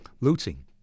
looting